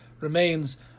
remains